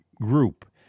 group